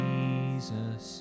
Jesus